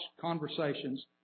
conversations